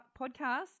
podcast